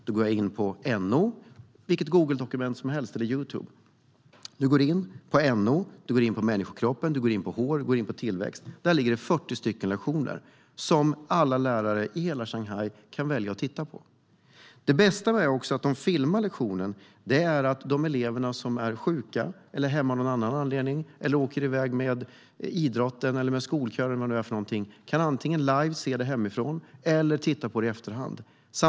Man går in på NO, vilket Google eller Youtubedokument som helst, på människokroppen, hår och tillväxt. Där ligger det 40 lektioner som alla lärare i hela Shanghai kan titta på. Det bästa är att i och med att lektionerna filmas kan de elever som är sjuka, hemma av en annan anledning eller åker iväg med idrotten, skolkören eller något se det live hemma eller titta på det i efterhand.